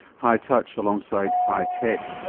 high touch alongside high tech.